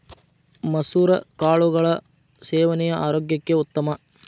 ಮಸುರ ಕಾಳುಗಳ ಸೇವನೆ ಆರೋಗ್ಯಕ್ಕೆ ಉತ್ತಮ